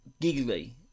giggly